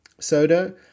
Soda